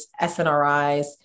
SNRIs